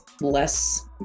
less